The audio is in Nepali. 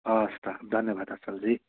हस् त धन्यवाद असलजी